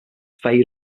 fade